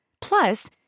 Plus